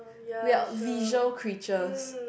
we're visual creatures